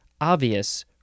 obvious